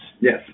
Yes